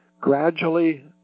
gradually